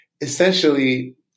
essentially